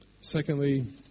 Secondly